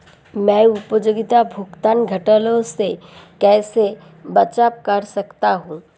मैं उपयोगिता भुगतान घोटालों से कैसे बचाव कर सकता हूँ?